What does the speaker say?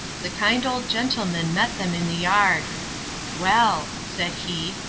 the kind old gentleman met them in the yard well, said he,